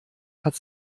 hat